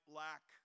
lack